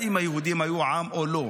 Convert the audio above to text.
האם היהודים היו עם או לא.